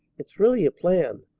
it's really a plan.